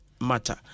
matter